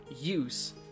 use